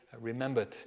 remembered